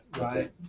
Right